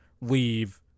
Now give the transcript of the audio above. leave